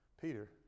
Peter